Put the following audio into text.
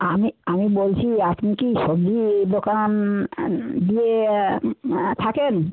আমি আমি বলছি আপনি কি সবজি এই দোকান দিয়ে থাকেন